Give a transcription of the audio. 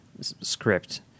script